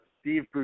Steve